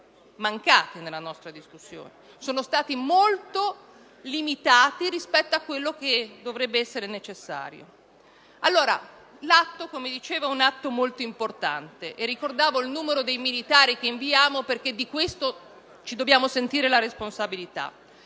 Sono stati molto limitati rispetto a ciò che sarebbe stato necessario. Come dicevo, si tratta di un atto molto importante (ricordavo il numero dei militari che inviamo perché di questo dobbiamo sentire la responsabilità),